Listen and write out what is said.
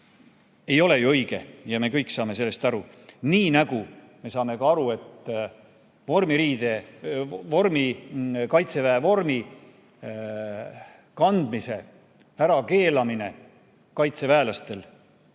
ei ole õige ja me kõik saame sellest aru. Nii nagu me saame ka aru, et Kaitseväe vormi kandmise ärakeelamine vähendab